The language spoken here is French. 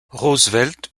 roosevelt